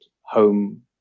home